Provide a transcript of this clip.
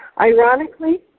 ironically